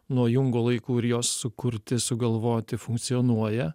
nuo jungo laikų ir jo sukurti sugalvoti funkcionuoja